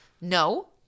no